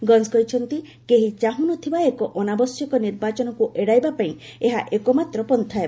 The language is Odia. ଗଞ୍ କହିଛନ୍ତି କେହି ଚାହୁଁ ନ ଥିବା ଏକ ଅନାବଶ୍ୟକ ନିର୍ବାଚନକୁ ଏଡାଇବା ପାଇଁ ଏହା ଏକମାତ୍ର ପନ୍ଥା ହେବ